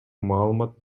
маалымат